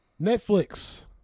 Netflix